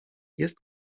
jest